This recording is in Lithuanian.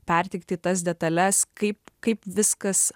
perteikti tas detales kaip kaip viskas